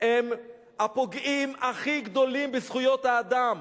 הם הפוגעים הכי גדולים בזכויות האדם.